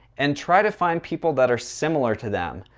and try to find people that are similar to them.